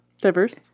diverse